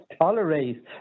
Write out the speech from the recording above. tolerate